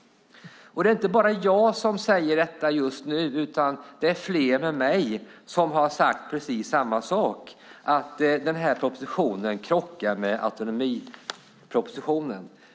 Det är inte bara jag som säger detta just nu, utan det är fler som har sagt precis samma sak. Den här propositionen krockar med autonomipropositionen.